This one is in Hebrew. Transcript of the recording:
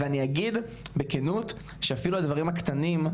ואני אגיד בכנות שאפילו הדברים הקטנים,